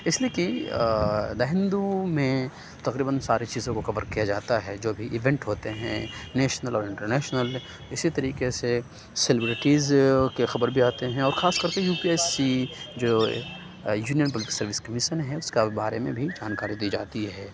اِس لیے کہ دا ہندو میں تقریباً ساری چیزوں کو کور کیا جاتا ہے جو بھی ایونٹ ہوتے ہیں نیشنل اور انٹر نیشنل اسی طریقے سے سلیبریٹیز کے خبر بھی آتے ہیں اور خاص طور سے یو پی ایس سی جو یونین پبلک سروس کمیسن ہے اُس کا بارے میں بھی جانکاری دی جاتی ہے